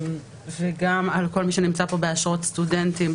גם על כל מי שנמצא כאן באשרת סטודנט.